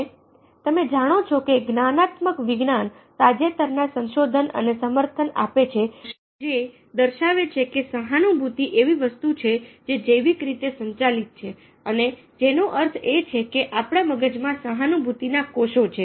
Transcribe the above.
અને તમે જાણો છો કે જ્ઞાનાત્મક વિજ્ઞાન તાજેતરના સંશોધન અને સમર્થન આપે છે જે દર્શાવે છે કે સહાનુભૂતિ એવી વસ્તુ છે જે જૈવિક રીતે સંચાલિત છે અને જેનો અર્થ એ છે કે આપણા મગજમાં સહાનુભૂતિના કોષો છે